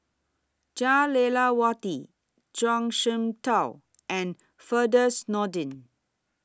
Jah Lelawati Zhuang Shengtao and Firdaus Nordin